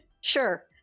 sure